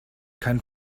kein